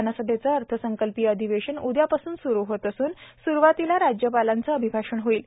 विधानसभेचं अर्थसंकल्पीय अधिवेशन उद्यापासून सुरु होत असून सुरुवातीला राज्यपालांचं अभिभाषण होईल